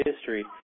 history